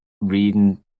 reading